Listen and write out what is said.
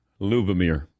Lubomir